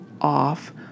off